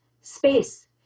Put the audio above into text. space